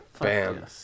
bam